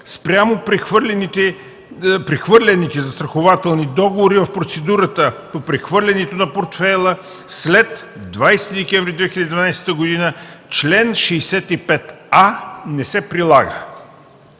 спрямо прехвърляните застрахователни договори в процедурата по прехвърлянето на портфейла след 20 декември 2012 г. чл. 65а не се прилага.”